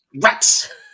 rats